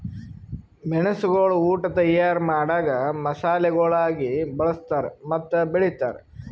ಮೆಣಸುಗೊಳ್ ಉಟ್ ತೈಯಾರ್ ಮಾಡಾಗ್ ಮಸಾಲೆಗೊಳಾಗಿ ಬಳ್ಸತಾರ್ ಮತ್ತ ಬೆಳಿತಾರ್